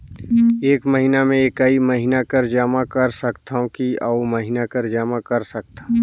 एक महीना मे एकई महीना कर जमा कर सकथव कि अउ महीना कर जमा कर सकथव?